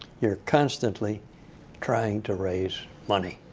you're constantly trying to raise money.